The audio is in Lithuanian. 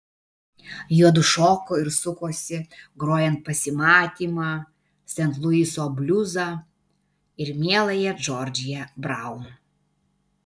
juodu šoko ir sukosi grojant pasimatymą sent luiso bliuzą ir mieląją džordžiją braun